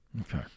Okay